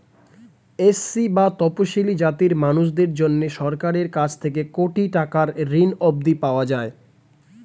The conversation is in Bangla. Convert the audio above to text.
এস.সি বা তফশিলী জাতির মানুষদের জন্যে সরকারের কাছ থেকে কোটি টাকার ঋণ অবধি পাওয়া যায়